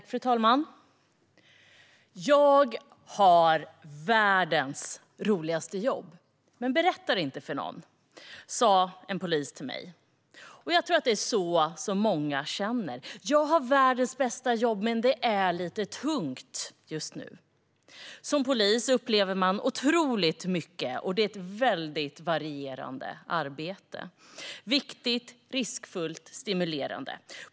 Fru talman! Jag har världens roligaste jobb, men berätta det inte för någon, sa en polis till mig. Jag tror att det är så många poliser känner: Jag har världens bästa jobb, men det är lite tungt just nu. Som polis upplever man otroligt mycket, och det är ett väldigt varierande arbete. Det är viktigt, riskfyllt och stimulerande.